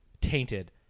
tainted